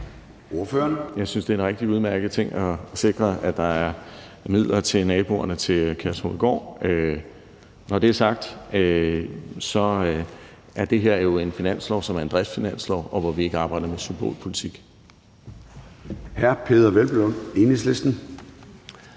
Jeg synes, det er en rigtig udmærket ting at sikre, at der er midler til naboerne til Kærshovedgård. Når det er sagt, er den finanslov, vi har lagt op til, jo en driftsfinanslov, hvor vi ikke arbejder med symbolpolitik.